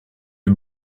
est